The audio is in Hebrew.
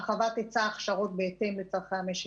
הרחבת היצע ההכשרות בהתאם לצורכי המשק,